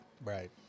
Right